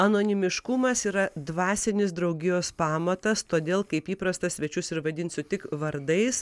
anonimiškumas yra dvasinis draugijos pamatas todėl kaip įprasta svečius ir vadinsiu tik vardais